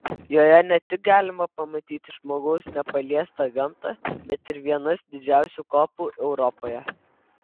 joje ne tik galima pamatyti žmogaus nepaliestą gamtą bet ir vienas didžiausių kopų europoje